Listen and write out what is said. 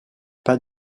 pas